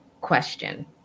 question